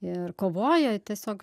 ir kovoja tiesiog